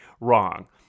wrong